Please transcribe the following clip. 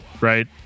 right